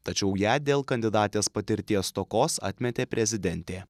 tačiau ją dėl kandidatės patirties stokos atmetė prezidentė